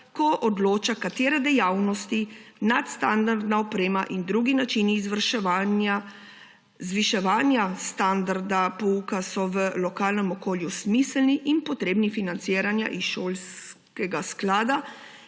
ko odloča, katere dejavnosti, nadstandardna oprema in drugi načini zviševanja standarda pouka so v lokalnem okolju smiselni in potrebni financiranja iz šolskega sklada